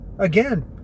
Again